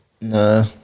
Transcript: No